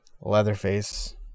Leatherface